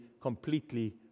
completely